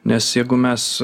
nes jeigu mes